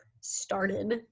started